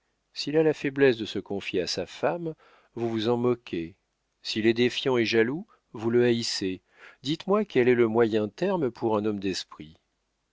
s'il a la faiblesse de se confier à sa femme vous vous en moquez s'il est défiant et jaloux vous le haïssez dites-moi quel est le moyen terme pour un homme d'esprit